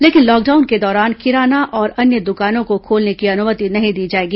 लेकिन लॉकडाउन के दौरान किराना और अन्य दुकानों को खोलने की अनुमति नहीं दी जाएगी